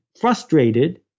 frustrated